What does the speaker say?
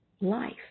life